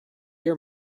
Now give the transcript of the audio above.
your